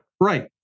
Right